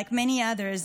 like many others,